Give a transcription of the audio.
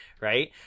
right